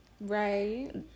Right